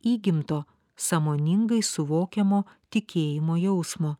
įgimto sąmoningai suvokiamo tikėjimo jausmo